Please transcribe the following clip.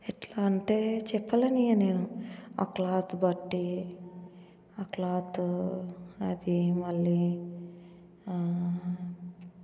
ఎట్లాంటే చెప్పలేను ఇక నేను ఆ క్లాత్ బట్టి ఆ క్లాత్ అది మళ్ళీ